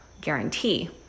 guarantee